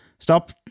Stop